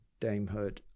damehood